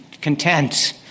content